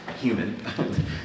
human